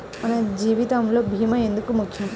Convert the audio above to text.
మన జీవితములో భీమా ఎందుకు ముఖ్యం?